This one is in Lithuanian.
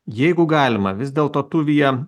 jeigu galima vis dėlto tuvija